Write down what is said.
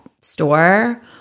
store